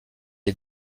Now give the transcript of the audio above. est